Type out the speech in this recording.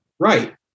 Right